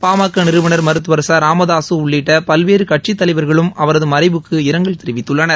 பாமக நிறுவனர் மருத்துவர் ச ராமதாசு உள்ளிட்ட பல்வேறு கட்சித்தலைவர்களும் அவரது மறைவுக்கு இரங்கல் தெரிவித்துள்ளனர்